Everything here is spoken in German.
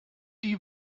die